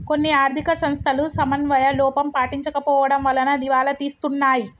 కొన్ని ఆర్ధిక సంస్థలు సమన్వయ లోపం పాటించకపోవడం వలన దివాలా తీస్తున్నాయి